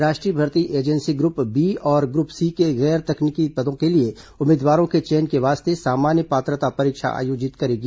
राष्ट्रीय भर्ती agency group B और ग्रुप सी के गैर तकनीकी पदों के लिए उम्मीदवारों के चयन के वास्ते सामान्य पात्रता परीक्षा आयोजित करेगी